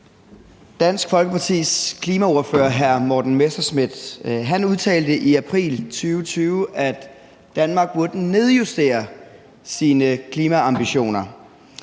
Dansk Folkepartis klimaordfører, hr. Morten Messerschmidt, udtalte i april 2020, at Danmark burde nedjustere sine klimaambitioner.